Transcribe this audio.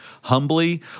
humbly